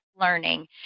learning